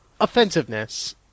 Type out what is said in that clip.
offensiveness